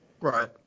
Right